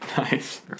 Nice